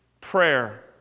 prayer